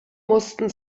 mussten